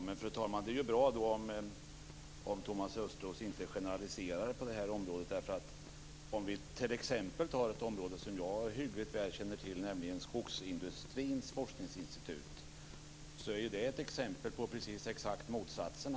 Fru talman! Då vore det bra om Thomas Östros inte generaliserade på det här området. Ett område som jag känner väl till är skogsindustrins forskningsinstitut. Det är ett exempel på precis motsatsen.